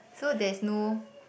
so there's no